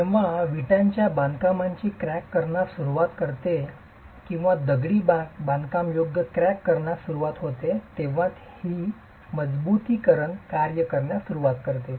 जेव्हा विटांची बांधकामाची क्रॅक करण्यास सुरूवात करते किंवा दगडी बांधकाम योग्य क्रॅक करण्यास सुरूवात करते तेव्हा ही मजबुतीकरण कार्य करण्यास सुरवात करते